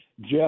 Jeff